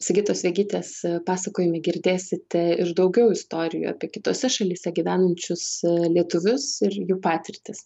sigitos vegytės pasakojime girdėsite ir daugiau istorijų apie kitose šalyse gyvenančius lietuvius ir jų patirtis